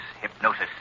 hypnosis